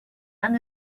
and